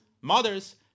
mothers